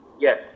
Yes